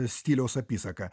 stiliaus apysaka